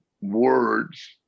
words